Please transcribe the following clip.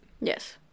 Yes